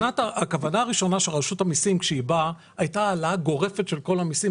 הכוונה הראשונה של רשות המסים הייתה העלאה גורפת של כל המסים